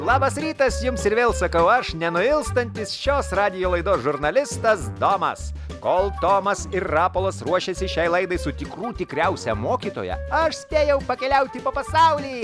labas rytas jums ir vėl sakau aš nenuilstantis šios radijo laidos žurnalistas domas kol tomas ir rapolas ruošėsi šiai laidai su tikrų tikriausia mokytoja aš spėjau pakeliauti po pasaulį